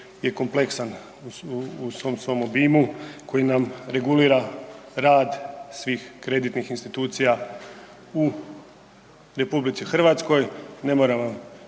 je kompleksan u svom svom obimu, koji nam regulira rad svih kreditnih institucija u RH, ne moram vam